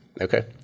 Okay